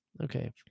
Okay